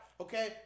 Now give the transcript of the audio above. okay